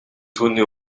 түүний